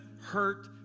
hurt